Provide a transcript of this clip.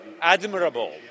admirable